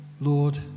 Lord